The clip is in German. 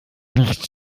nicht